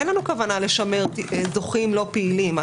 אין לנו כוונה לשמר זוכים לא פעילים.